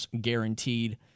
guaranteed